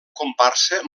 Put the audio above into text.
comparsa